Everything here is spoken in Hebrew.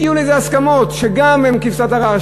הגיעו לאיזה הסכמות, שגם הן כבשת הרש.